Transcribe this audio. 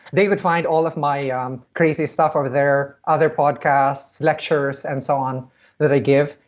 they would find all of my um crazy stuff over there, other podcasts, lectures, and so on that i give,